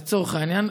לצורך העניין,